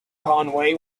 conway